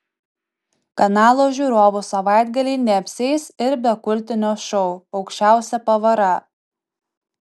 kanalo žiūrovų savaitgaliai neapsieis ir be kultinio šou aukščiausia pavara